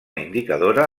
indicadora